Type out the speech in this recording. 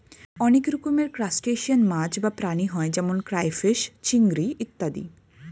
অনেক রকমের ক্রাস্টেশিয়ান মাছ বা প্রাণী হয় যেমন ক্রাইফিস, চিংড়ি ইত্যাদি